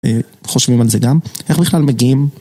חושבים על זה גם, איך בכלל מגיעים?